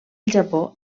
japó